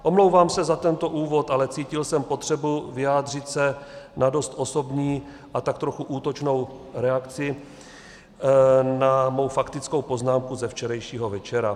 Omlouvám se za tento úvod, ale cítil jsem potřebu se vyjádřit k dost osobní a tak trochu útočné reakci na mou faktickou poznámku ze včerejšího večera.